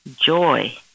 joy